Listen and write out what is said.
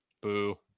Boo